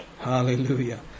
Hallelujah